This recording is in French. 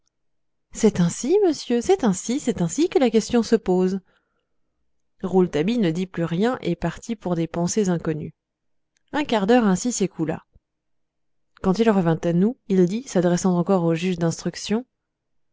c'est ainsi monsieur c'est ainsi c'est ainsi que la question se pose rouletabille ne dit plus rien et partit pour des pensers inconnus un quart d'heure ainsi s'écoula quand il revint à nous il dit s'adressant au juge d'instruction